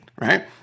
Right